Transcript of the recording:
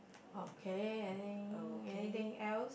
okay any anything else